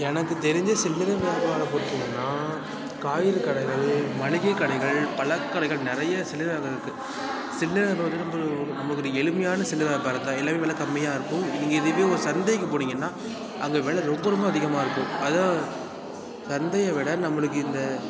எனக்கு தெரிந்த சில்லறை வியாபாரம் பார்த்திங்கன்னா காய்கறி கடைகள் மளிகை கடைகள் பழக்கடைகள் நிறைய சில்லறை வியாபாரம் இருக்குது சில்லறை வியாபாரம் வந்து நம்ம நம்மளுக்கு ஒரு எளிமையான சில்லறை வியாபாரம் தான் எல்லாமே வில கம்மியாக இருக்கும் இதுவே ஒரு சந்தைக்கு போனிங்கன்னால் அங்கே வில ரொம்ப ரொம்ப அதிகமாக இருக்கும் அதுவும் சந்தையை விட நம்மளுக்கு இந்த